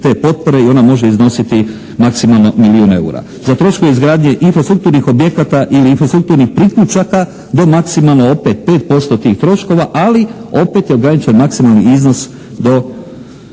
te potpore i ona može iznositi maksimalno milijun eura. Za troškove izgradnje infrastrukturnih objekata ili infrastrukturnih priključaka do maksimalno opet 5% tih troškova, ali opet je ograničen maksimalni iznos do